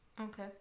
Okay